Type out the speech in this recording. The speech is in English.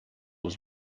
was